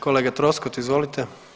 Kolega Troskot, izvolite.